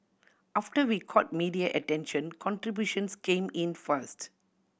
after we caught media attention contributions came in fast